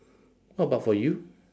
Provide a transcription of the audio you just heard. what about for you